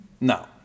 No